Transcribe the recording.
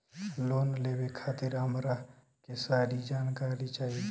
Loan लेवे खातीर हमरा के सारी जानकारी चाही?